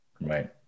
Right